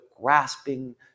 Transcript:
grasping